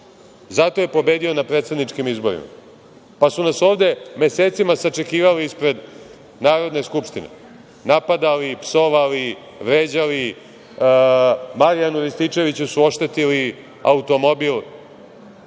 zato je pobedio na predsedničkim izborima. Oni su nas mesecima sačekivali ispred Narodne skupštine, napadali, psovali, vređali, Marijanu Rističeviću su oštetili automobil,